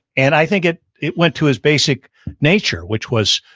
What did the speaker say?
and i think it it went to his basic nature, which was,